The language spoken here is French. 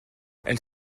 elle